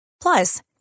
Plus